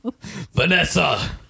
Vanessa